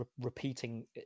repeating